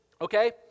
okay